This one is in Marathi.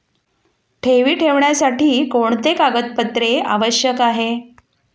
ठेवी ठेवण्यासाठी कोणते कागदपत्रे आवश्यक आहे?